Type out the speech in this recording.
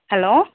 hello